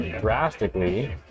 drastically